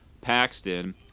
Paxton